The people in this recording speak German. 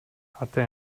hatte